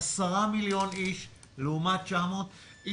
10 מיליון איש לעומת 900,000,